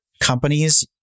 companies